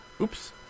Oops